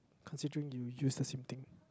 considering you use the same thing